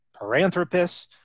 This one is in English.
Paranthropus